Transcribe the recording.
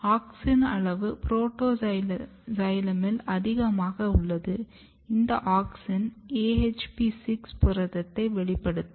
auxin அளவு புரோட்டோசைலமில் அதிகமாக உள்ளது இந்த ஆக்ஸின் AHP6 புரதத்தை செயல்படுத்தும்